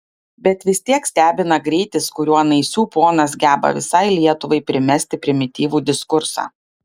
bet vis tiek stebina greitis kuriuo naisių ponas geba visai lietuvai primesti primityvų diskursą